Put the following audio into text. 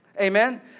Amen